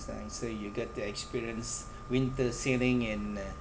nice so you get to experience winter sailing in a